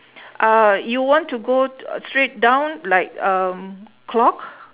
uhh you want to go t~ straight down like um clock